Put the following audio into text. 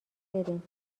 بریم